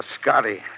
Scotty